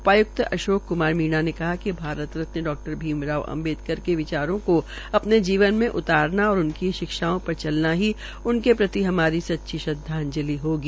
उपाय्क्त अशोक क्मार मीणा ने कहा कि भारत रत्न डॉ भीमराव अंबेडकर के विचारों को अपने जीवन में उतारना और उनकी शिक्षाओं पर चलना ही उनके प्रति हमारी सच्ची श्रद्घांजलि होगी